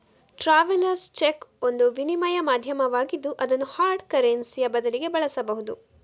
travellers cheque ಒಂದು ವಿನಿಮಯ ಮಾಧ್ಯಮವಾಗಿದ್ದು ಅದನ್ನು ಹಾರ್ಡ್ ಕರೆನ್ಸಿಯ ಬದಲಿಗೆ ಬಳಸಬಹುದು